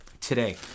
today